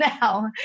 now